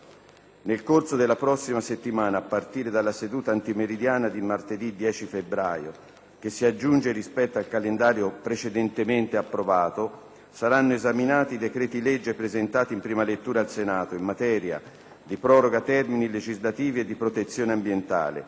Nel corso della prossima settimana, a partire della seduta antimeridiana di martedì 10 febbraio - che si aggiunge rispetto al calendario precedentemente approvato - saranno esaminati i decreti-legge presentati in prima lettura al Senato, in materia di proroga termini legislativi e di protezione ambientale.